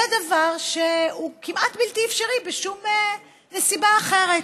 זה דבר שהוא כמעט בלתי אפשרי בשום נסיבה אחרת.